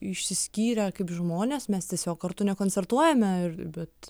išsiskyrę kaip žmonės mes tiesiog kartu nekoncertuojame ir bet